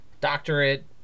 doctorate